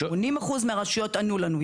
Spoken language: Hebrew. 80% מהרשויות ענו לנו.